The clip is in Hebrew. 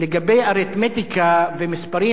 לגבי אריתמטיקה ומספרים,